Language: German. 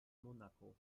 monaco